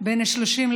30%